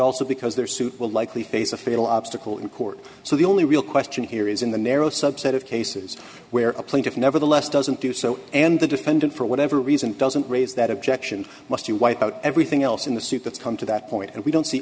also because their suit will likely face a fatal obstacle in court so the only real question here is in the narrow subset of cases where a plaintiff nevertheless doesn't do so and the defendant for whatever reason doesn't raise that objection must you wipe out everything else in the suit that's come to that point and we don't see